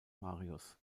marius